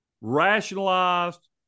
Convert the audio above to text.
rationalized